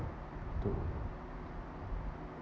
to